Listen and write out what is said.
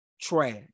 trash